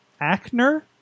Ackner